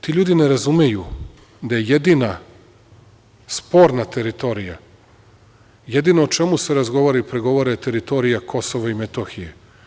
Ti ljudi ne razumeju da je jedina sporna teritorija, jedino o čemu se razgovara i pregovara je teritorija Kosova i Metohija.